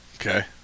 Okay